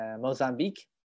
mozambique